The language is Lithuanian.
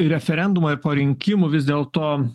ir referendumo ir po rinkimų vis dėlto